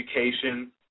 education